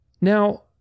Now